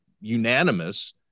unanimous